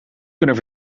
kunnen